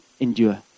endure